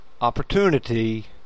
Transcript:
opportunity